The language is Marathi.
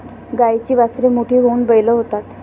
गाईची वासरे मोठी होऊन बैल होतात